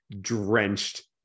drenched